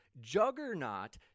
juggernaut